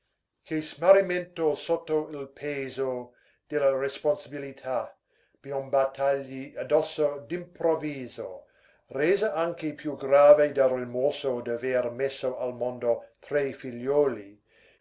che smarrimento sotto il peso della responsabilità piombatagli addosso d'improvviso resa anche più grave dal rimorso d'aver messo al mondo tre figliuoli